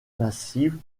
massives